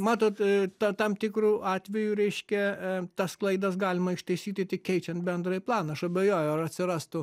matot ta tam tikru atveju reiškia tas klaidas galima ištaisyti tik keičiant bendrąjį planą aš abejoju ar atsirastų